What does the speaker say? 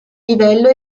livello